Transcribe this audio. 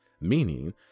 Meaning